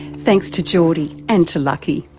thanks to jordy, and to lucky